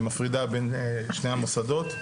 שמפרידה בין שני המוסדות,